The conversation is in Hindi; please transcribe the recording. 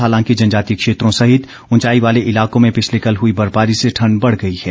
हालांकि जनजातीय क्षेत्रों सहित ऊंचाई वाले इलाकों में पिछले कल हुई बर्फबारी से ठण्ड बढ़ गई है